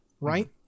right